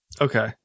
Okay